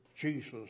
Jesus